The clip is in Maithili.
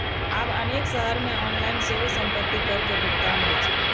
आब अनेक शहर मे ऑनलाइन सेहो संपत्ति कर के भुगतान होइ छै